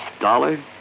Dollar